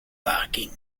barking